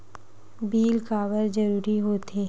Bill काबर जरूरी होथे?